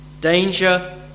danger